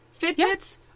Fitbits